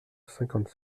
cinquante